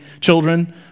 children